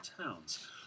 towns